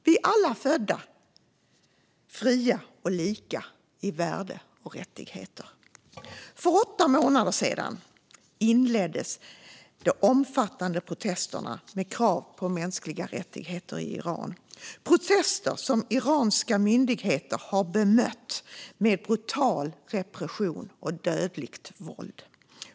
Vi är alla födda fria och lika i värde och rättigheter. För åtta månader sedan inleddes de omfattande protesterna med krav på mänskliga rättigheter i Iran - protester som iranska myndigheter har bemött med brutal repression och dödligt våld.